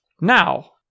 now